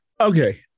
Okay